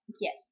Yes